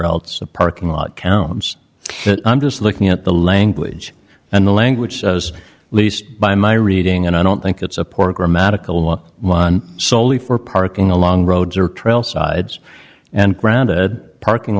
else a parking lot counts i'm just looking at the language and the language as least by my reading and i don't think it's a poor grammatical one soley for parking along roads or trail sides and ground parking